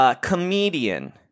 comedian